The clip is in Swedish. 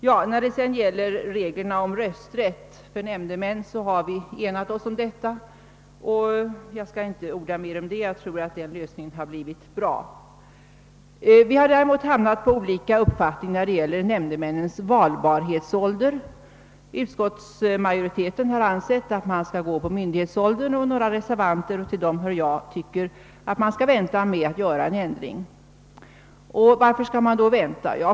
Vi har enat oss om reglerna angående rösträtt för nämndemän, och jag skall inte orda mer om den saken. Jag tror att lösningen har blivit bra. Däremot har vi kommit till olika uppfattningar när det gäller valbarhetsålder för nämndemän. Utskottsmajoriteten anser att den bör följa myndighetsåldern, men några reservanter — till dem hör jag — vill vänta med att göra en ändring. Varför bör man då vänta?